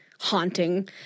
haunting